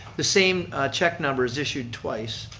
the same check number was issued twice,